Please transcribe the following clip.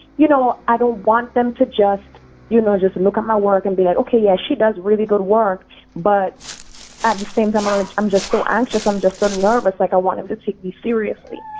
you know i don't want them to just you know, just and look at my work and be like okay, yeah she does really good work, but at the same time i'm and um just so anxious, i'm just so nervous like i want them to take me seriously.